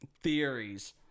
theories